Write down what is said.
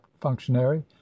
functionary